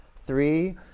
three